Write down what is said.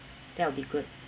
that will be good